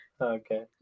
Okay